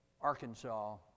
Arkansas